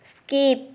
skip